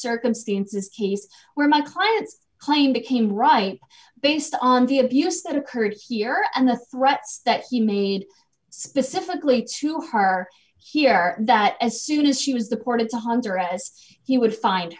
circumstances case where my clients claim became right based on the abuse that occurred here and the threats that he made specifically to her are here that as soon as she was the court of the hunter as you would find